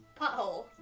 Pothole